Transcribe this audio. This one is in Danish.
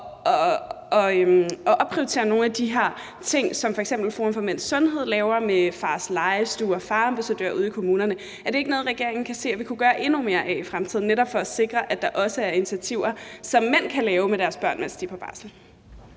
at opprioritere nogle af de her ting, som f.eks. Forum for Mænds Sundhed laver, nemlig fars legestue og farambassadører ude i kommunerne. Er det ikke noget, regeringen kan se at vi kunne gøre endnu mere af i fremtiden, netop for at sikre, at der også er initiativer, som mænd kan lave med deres børn, mens de er på barsel?